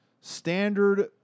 Standard